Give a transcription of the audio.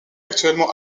actuellement